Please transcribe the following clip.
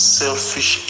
selfish